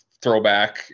throwback